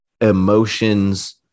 emotions